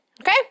Okay